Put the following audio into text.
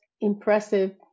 impressive